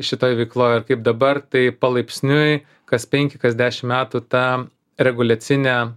šitoj veikloj ir kaip dabar tai palaipsniui kas penki kas dešim metų tą reguliacinę